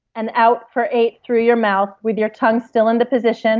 and out for eight through your mouth with your tongue still in the position